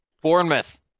Bournemouth